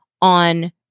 on